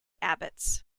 abbots